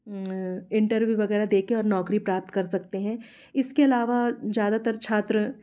interview वगैरह देके और नौकरी प्राप्त कर सकते हैं इसके अलावा ज़्यादातर छात्र